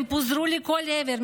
הן פוזרו לכל עבר,